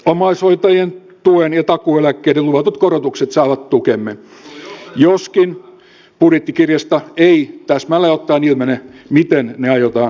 omaishoitajien tuen ja takuueläkkeiden luvatut korotukset saavat tukemme joskaan budjettikirjasta ei täsmälleen ottaen ilmene miten ne aiotaan toteuttaa